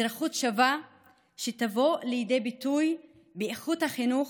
אזרחות שווה שתבוא לידי ביטוי באיכות החינוך,